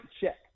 check